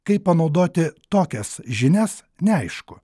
kaip panaudoti tokias žinias neaišku